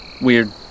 weird